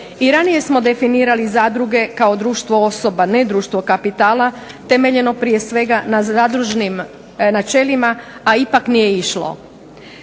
I ranije smo definirali zadruge kao društvo osoba, ne društvo kapitala, temeljeno prije svega na zadružnim načelima, a ipak nije išlo.